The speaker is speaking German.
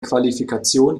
qualifikation